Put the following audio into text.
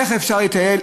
איך אפשר להתייעל,